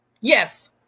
Yes